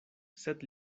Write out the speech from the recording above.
sed